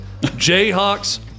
Jayhawks